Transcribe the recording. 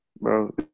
bro